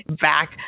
back